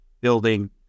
building